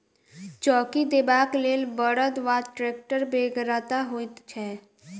चौकी देबाक लेल बड़द वा टेक्टरक बेगरता होइत छै